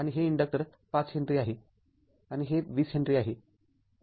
आणि हे inductor ५ henry आहे आणि हे २० हेनरी आहे